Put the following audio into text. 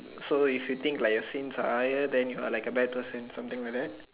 so you should think like your sins are higher then you are like a bad person something like that